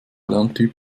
lerntyp